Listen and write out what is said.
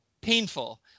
painful